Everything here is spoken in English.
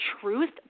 truth